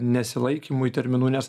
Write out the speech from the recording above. nesilaikymui terminų nes